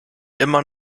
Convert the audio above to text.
immer